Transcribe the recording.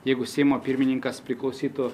jeigu seimo pirmininkas priklausytų